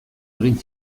egin